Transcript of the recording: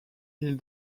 ils